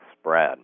spread